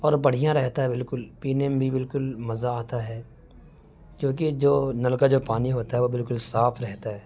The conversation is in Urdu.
اور بڑھیا رہتا ہے بالکل پینے میں بھی بالکل مزہ آتا ہے کیونکہ جو نل کا جو پانی ہوتا ہے وہ بالکل صاف رہتا ہے